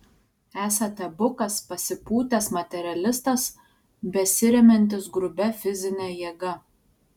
esate bukas pasipūtęs materialistas besiremiantis grubia fizine jėga